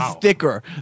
thicker